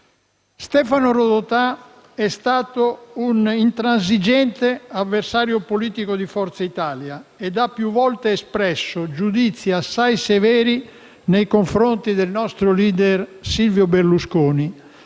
Stefano Rodotà è stato un intransigente avversario politico di Forza Italia ed ha più volte espresso giudizi assai severi nei confronti del nostro *leader* Silvio Berlusconi,